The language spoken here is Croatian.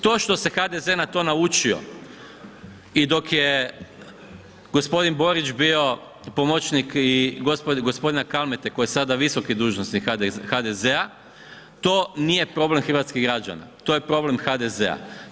To što se HDZ na to naučio i dok je gospodin Borić bio pomoćnik i gospodina Kalmete koji je sada visoki dužnosnik HDZ-a to nije problem hrvatskih građana, to je problem HDZ-a.